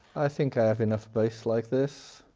i think i have enough space like this